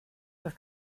das